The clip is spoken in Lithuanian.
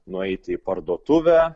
nueiti į parduotuvę